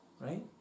right